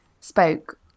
spoke